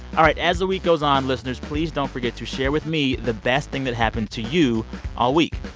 all right. as the week goes on, listeners, please don't forget to share with me the best thing that happened to you all week.